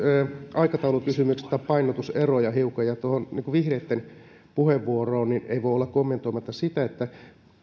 aikataulukysymykset tai painotuseroja hiukan tuohon vihreitten puheenvuoroon ei voi olla kommentoimatta sitä että